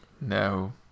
no